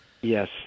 Yes